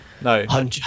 No